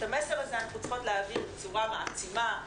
את המסר הזה אנחנו צריכות להעביר בצורה מעצימה,